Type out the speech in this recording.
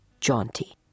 Jaunty